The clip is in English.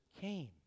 came